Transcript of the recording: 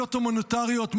משאיות הומניטריות,